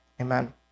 Amen